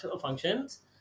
functions